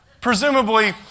presumably